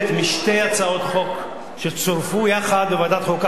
משתי הצעות חוק שצורפו יחד בוועדת החוקה,